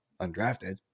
undrafted